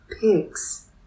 pigs